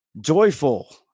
joyful